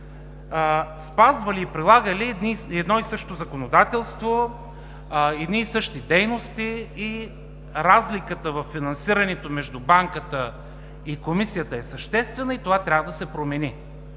спазвали и прилагали едно и също законодателство, едни и същи дейности и разликата във финансирането между Банката и Комисията е съществена и това трябва да се промени.